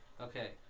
Okay